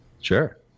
Sure